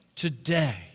Today